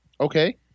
Okay